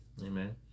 Amen